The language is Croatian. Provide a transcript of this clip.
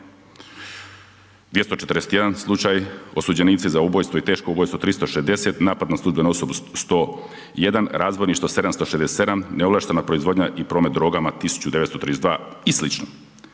241 slučaj, osuđenici za ubojstvo i teško ubojstvo 360, napad na službenu osobu 101, razbojništvo 767, neovlaštena proizvodna i promet drogama 1932 i sl.